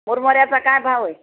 मुरमुऱ्याचा काय भाव आहे